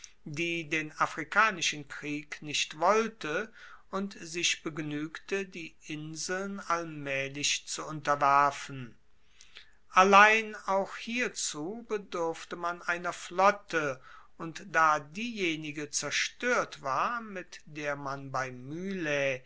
die den afrikanischen krieg nicht wollte und sich begnuegte die inseln allmaehlich zu unterwerfen allein auch hierzu bedurfte man einer flotte und da diejenige zerstoert war mit der man bei mylae